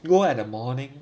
you at the morning